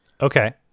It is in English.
Okay